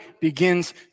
begins